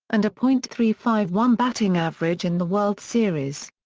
and a point three five one batting average in the world series.